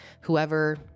whoever